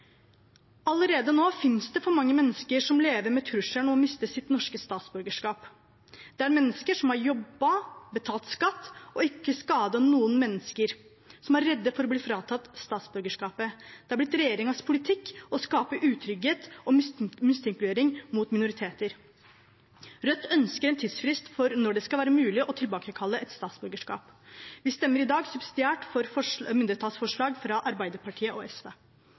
Allerede nå finnes det for mange mennesker som lever med trusselen om å miste sitt norske statsborgerskap. Det er mennesker som har jobbet, betalt skatt og ikke skadet noen mennesker, og som nå er redde for å bli fratatt statsborgerskapet. Det er blitt regjeringens politikk å skape utrygghet og mistenkeliggjøring mot minoriteter. Rødt ønsker en tidsfrist for når det skal være mulig å tilbakekalle et statsborgerskap. Vi stemmer i dag subsidiært for mindretallsforslaget fra Arbeiderpartiet og SV.